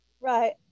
Right